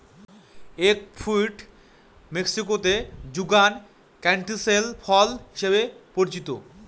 egg fruit মেক্সিকোতে যুগান canistel ফল হিসাবে পরিচিত